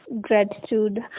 gratitude